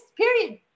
Period